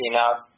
up